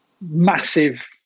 massive